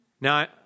Now